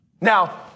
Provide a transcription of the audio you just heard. Now